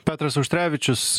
petras auštrevičius